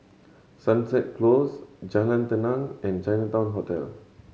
Sunset Close Jalan Tenang and Chinatown Hotel